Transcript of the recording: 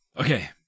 Okay